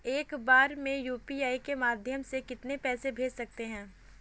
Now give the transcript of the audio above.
एक बार में यू.पी.आई के माध्यम से कितने पैसे को भेज सकते हैं?